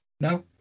No